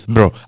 Bro